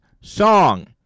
song